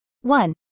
one